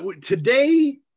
today